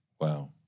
Wow